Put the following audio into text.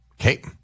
Okay